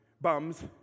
bums